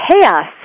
chaos